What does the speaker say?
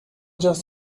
just